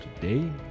today